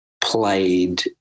played